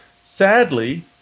sadly